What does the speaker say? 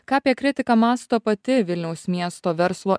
ką apie kritiką mąsto pati vilniaus miesto verslo